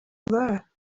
wear